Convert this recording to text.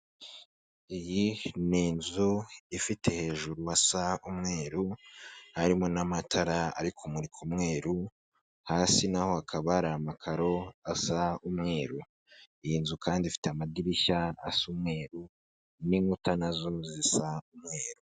Iyi ni inzu ifite hejuru hasa umweru, harimo n'amatara ari kumurika umweru, hasi naho hakaba hari amakaro asa umweru, iyi nzu kandi ifite amadirishya asa umweru n'inkuta nazo zisa umweru.